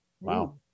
Wow